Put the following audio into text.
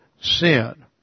sin